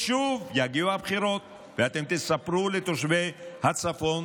שוב יגיעו הבחירות ואתם תספרו לתושבי הצפון,